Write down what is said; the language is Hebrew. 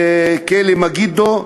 בכלא "מגידו",